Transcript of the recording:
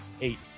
Eight